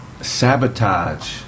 sabotage